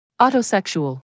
Autosexual